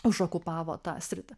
užokupavo tą sritį